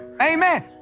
Amen